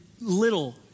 little